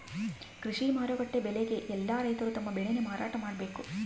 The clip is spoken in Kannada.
ಕೃಷಿ ಮಾರುಕಟ್ಟೆ ಬೆಲೆಗೆ ಯೆಲ್ಲ ರೈತರು ತಮ್ಮ ಬೆಳೆ ನ ಮಾರಾಟ ಮಾಡ್ಬೇಕು